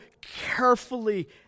carefully